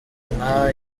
nka